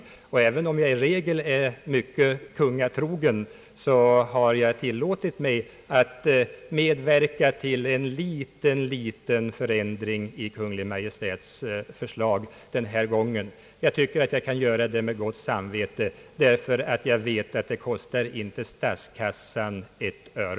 Även om jag vanligtvis är mycket kungatrogen har jag tillåtit mig att den här gången medverka till att föreslå en liten förändring i Kungl. Maj:ts förslag. Jag tycker att jag kan göra det med gott samvete därför att jag vet att det inte kostar statskassan ett öre.